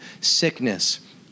sickness